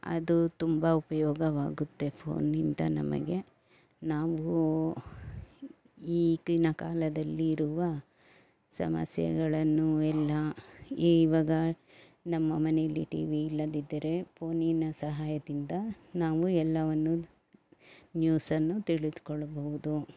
ಅದು ತುಂಬ ಉಪಯೋಗವಾಗುತ್ತೆ ಫೋನ್ನಿಂದ ನಮಗೆ ನಾವು ಈಗಿನ ಕಾಲದಲ್ಲಿರುವ ಸಮಸ್ಯೆಗಳನ್ನು ಎಲ್ಲ ಈವಾಗ ನಮ್ಮ ಮನೇಲಿ ಟಿ ವಿ ಇಲ್ಲದಿದ್ದರೆ ಫೋನಿನ ಸಹಾಯದಿಂದ ನಾವು ಎಲ್ಲವನ್ನು ನ್ಯೂಸನ್ನು ತಿಳಿದುಕೊಳ್ಳಬಹುದು